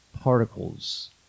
particles